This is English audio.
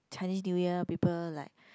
Chinese New Year people like